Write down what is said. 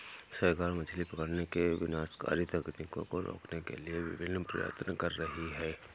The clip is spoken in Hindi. सरकार मछली पकड़ने की विनाशकारी तकनीकों को रोकने के लिए विभिन्न प्रयत्न कर रही है